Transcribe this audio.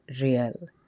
real